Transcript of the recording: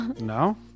No